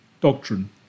doctrine